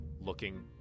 looking